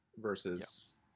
versus